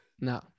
No